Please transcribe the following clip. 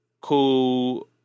cool